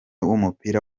w’umupira